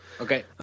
Okay